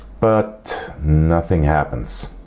but nothing happens.